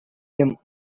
them